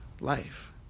life